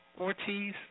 Ortiz